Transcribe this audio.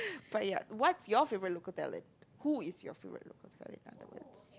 but ya what's your favourite local talent who is your favourite local talent in other words